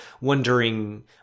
wondering